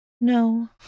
No